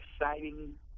exciting